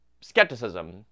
skepticism